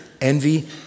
envy